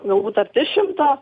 galbūt arti šimto